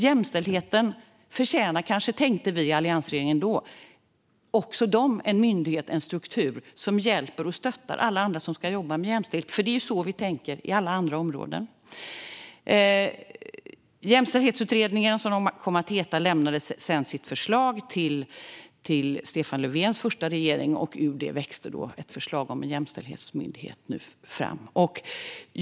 Jämställdheten förtjänar kanske, tänkte vi då i alliansregeringen, en myndighet och en struktur som hjälper och stöttar alla andra som ska jobba med jämställdhet. Det är så vi tänker på alla andra områden. Jämställdhetsutredningen, som den kom att heta, lämnade sedan sitt förslag till Stefan Löfvens första regering. Ur det växte ett förslag om en jämställdhetsmyndighet fram.